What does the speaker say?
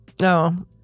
No